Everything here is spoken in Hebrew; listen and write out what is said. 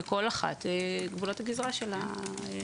וכל אחת בגבולות הגזרה שלה.